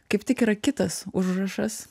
kaip tik yra kitas užrašas